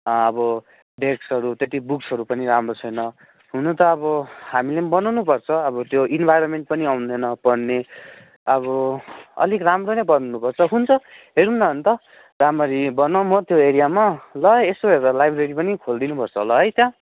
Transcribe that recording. अब डेस्कहरू त्यति बुक्सहरू पनि राम्रो छैन हुन त अब हामीले पनि बनाउनु पर्छ अब त्यो इनभाइरोनमेन्ट पनि आउँदैन भन्ने अब अलिक राम्रो नै बनाउनु पर्छ हौ हुन्छ हेरौँ न अन्त राम्ररी बनाउ हो त्यो एरियामा ल यसो हेर्दा लाइब्रेरी पनि खोलिदिनुपर्छ होला है त्यहाँ